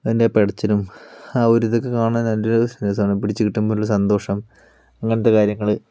അതിൻറെ പിടച്ചിലും ആ ഒരു ഇതൊക്കെ കാണാൻ നല്ലൊരു രസമാണ് പിടിച്ച് കിട്ടുമ്പോഴുള്ള സന്തോഷം അങ്ങനത്തെ കാര്യങ്ങൾ